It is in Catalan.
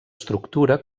estructura